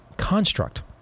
construct